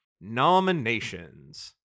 Nominations